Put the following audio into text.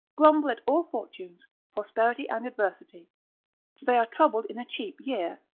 grumble at all fortunes, prosperity and adversity they are troubled in a cheap year,